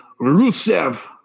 Rusev